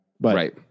Right